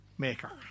maker